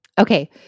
Okay